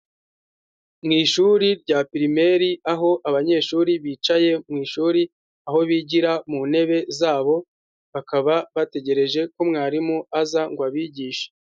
Mu ishuri rya pirimeri aho abanyeshuri bicaye mu ishuri aho bigira mu ntebe zabo, bakaba bategereje ko mwarimu aza ngo abigishe.